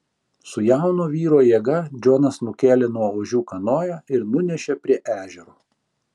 su jauno vyro jėga džonas nukėlė nuo ožių kanoją ir nunešė prie ežero